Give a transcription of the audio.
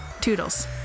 Toodles